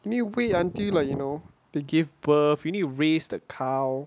need wait until like you know they give birth you need raise the cow